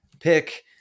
pick